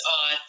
on